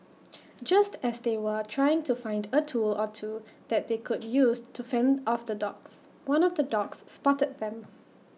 just as they were trying to find A tool or two that they could use to fend off the dogs one of the dogs spotted them